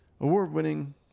award-winning